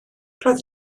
roedd